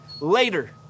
later